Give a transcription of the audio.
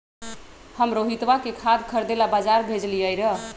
हम रोहितवा के खाद खरीदे ला बजार भेजलीअई र